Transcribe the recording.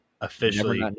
Officially